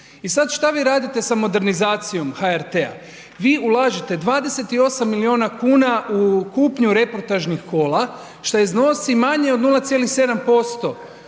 i sad šta vi radite sa modernizacijom HRT-a, vi ulažete 28 milijuna kuna u kupnju reportažnih kola, šta iznosi manje od 0,7%